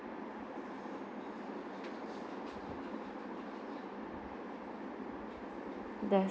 yes